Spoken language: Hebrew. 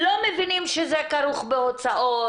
לא מבינים שזה כרוך בהוצאות.